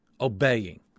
obeying